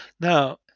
Now